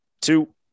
Two